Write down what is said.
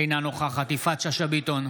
אינה נוכחת יפעת שאשא ביטון,